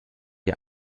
ihr